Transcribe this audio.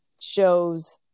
shows